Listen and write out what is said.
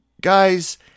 guys